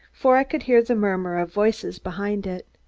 for i could hear the murmur of voices behind it.